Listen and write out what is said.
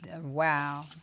wow